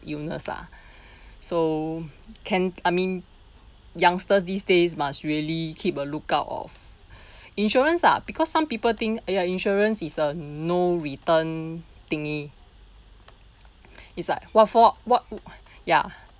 illness lah so can I mean youngsters these days must really keep a lookout of insurance ah because some people think ya insurance is a no return thingy is like what for what ya